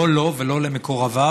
לא לו ולא למקורביו,